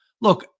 Look